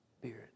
spirit